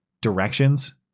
directions